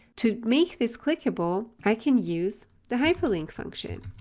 to make this clickable, i can use the hyperlink function.